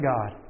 God